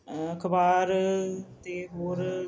ਅਖਬਾਰ ਅਤੇ ਹੋਰ